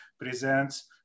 presents